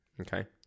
okay